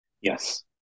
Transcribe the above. Yes